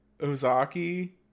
Ozaki